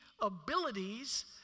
abilities